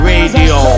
Radio